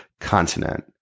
continent